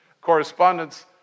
correspondence